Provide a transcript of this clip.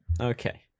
Okay